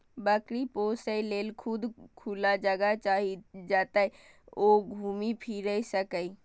बकरी पोसय लेल खूब खुला जगह चाही, जतय ओ घूमि फीरि सकय